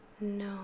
no